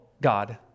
God